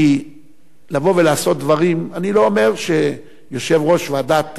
כי לבוא ולעשות דברים, אני לא אומר שיושב-ראש ועדת